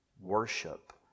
worship